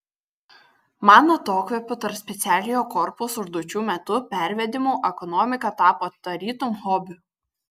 man atokvėpių tarp specialiojo korpuso užduočių metu pervedimų ekonomika tapo tarytum hobiu